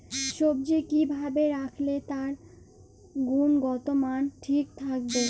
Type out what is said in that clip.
সবজি কি ভাবে রাখলে তার গুনগতমান ঠিক থাকবে?